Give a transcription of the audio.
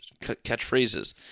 catchphrases